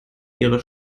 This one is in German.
ihre